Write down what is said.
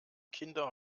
kinder